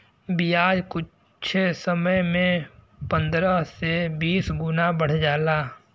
बियाज कुच्छे समय मे पन्द्रह से बीस गुना बढ़ जाला